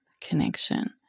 connection